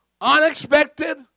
unexpected